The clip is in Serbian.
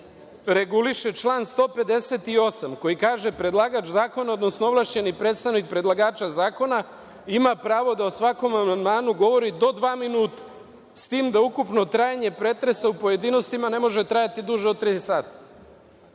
reguliše član 158. koji kaže – predlagač zakona, odnosno ovlašćeni predstavnik predlagača zakona ima pravo da o svakom amandmanu govori do dva minuta, s tim da ukupno trajanje pretresa u pojedinostima ne može trajati duže od tri sata.